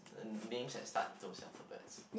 um names that start with those alphabets